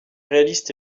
réaliste